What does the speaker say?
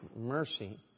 mercy